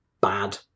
bad